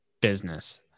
business